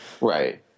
Right